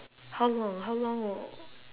how long how long ago